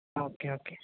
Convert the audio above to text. okay okay